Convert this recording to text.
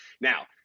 Now